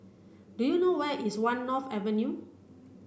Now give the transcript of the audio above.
do you know where is One North Avenue